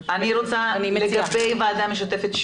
לגבי ועדה משותפת,